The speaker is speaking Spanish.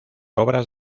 obras